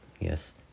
yes